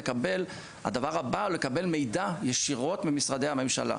הדבר הבא זה שהן יכולות לקבל מידע ישירות ממשרדי הממשלה.